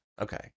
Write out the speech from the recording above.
Okay